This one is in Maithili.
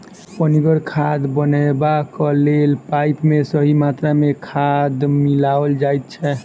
पनिगर खाद बनयबाक लेल पाइन मे सही मात्रा मे खाद मिलाओल जाइत छै